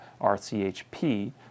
RCHP